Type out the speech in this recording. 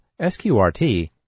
SQRT